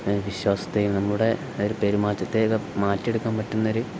വിശ്വാസത്തേയും നമ്മുടെ ഒരു പെരുമാറ്റത്തേ ഒക്കെ മാറ്റി എടുക്കാൻ പറ്റുന്ന ഒരു